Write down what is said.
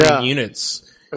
units